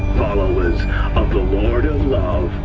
followers of the lord of love,